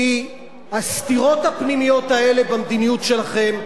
כי הסתירות הפנימיות האלה במדיניות שלכם,